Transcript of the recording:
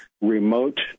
Remote